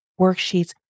worksheets